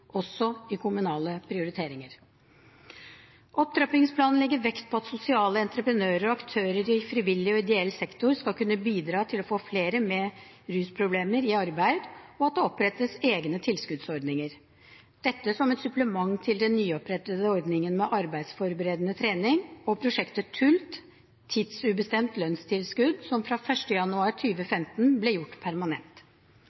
også i kommunale prioriteringer. Opptrappingsplanen legger vekt på at sosiale entreprenører og aktører i frivillig og ideell sektor skal kunne bidra til å få flere med rusproblemer i arbeid, og at det opprettes egne tilskuddsordninger – som et supplement til den nyopprettede ordningen med Arbeidsforberedende trening og prosjektet TULT, tidsubestemt lønnstilskudd, som fra 1. januar